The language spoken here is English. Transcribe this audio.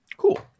Cool